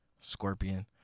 Scorpion